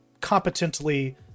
competently